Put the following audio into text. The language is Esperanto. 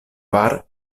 kvar